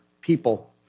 people